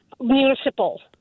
Municipal